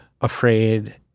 afraid